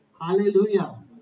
Hallelujah